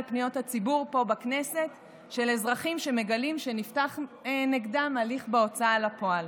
של אזרחים שמגלים שנפתח נגדם הליך בהוצאה לפועל